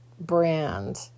brand